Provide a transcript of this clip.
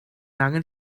angen